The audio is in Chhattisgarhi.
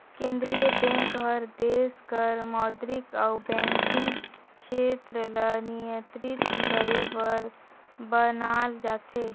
केंद्रीय बेंक हर देस कर मौद्रिक अउ बैंकिंग छेत्र ल नियंत्रित करे बर बनाल जाथे